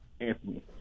Anthony